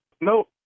no